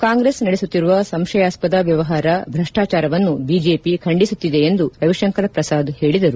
ಕಾಂಗ್ರೆಸ್ ನಡೆಸುತ್ತಿರುವ ಸಂಶಯಾಸ್ವದ ವ್ಯವಹಾರ ಭ್ರಷ್ಲಾಚಾರವನ್ನು ಬಿಜೆಪಿ ಖಂಡಿಸುತ್ತಿದೆ ಎಂದು ರವಿತಂಕರ್ ಪ್ರಸಾದ್ ಹೇಳಿದರು